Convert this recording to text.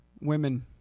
women